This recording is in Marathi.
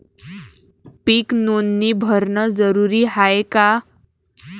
पीक नोंदनी भरनं जरूरी हाये का?